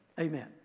Amen